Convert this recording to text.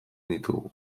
ditugu